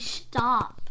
stop